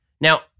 Now